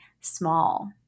small